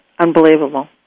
Unbelievable